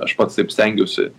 aš pats taip stengiausi